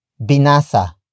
Binasa